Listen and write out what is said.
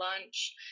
lunch